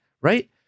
right